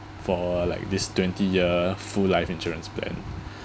for like this twenty year full life insurance plan